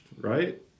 right